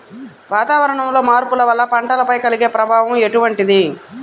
వాతావరణంలో మార్పుల వల్ల పంటలపై కలిగే ప్రభావం ఎటువంటిది?